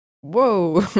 Whoa